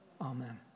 Amen